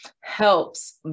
helps